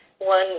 one